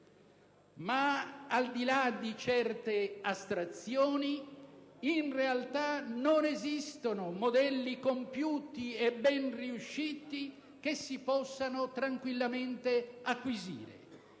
Ma al di là di certe astrazioni, in realtà non esistono modelli compiuti e ben riusciti che si possano tranquillamente acquisire;